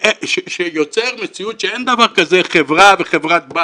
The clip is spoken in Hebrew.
שיוצר מציאות שאין דבר כזה חברה וחברה בת.